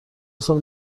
سال